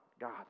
God